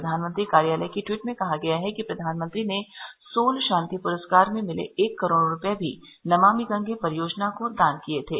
प्रधानमंत्री कार्यालय की ट्वीट में कहा गया है कि प्रधानमंत्री ने सोल शांति पुरस्कार में मिले एक करोड़ रूपये भी नमामि गंगे परियोजना को दान किए थे